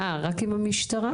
רק עם המשטרה?